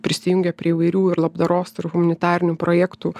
prisijungė prie įvairių ir labdaros ir humanitarinių projektų